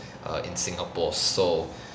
err in singapore so